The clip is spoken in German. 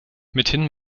mithin